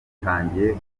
batangiye